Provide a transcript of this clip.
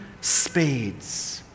spades